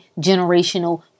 generational